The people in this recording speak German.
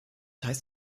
heißt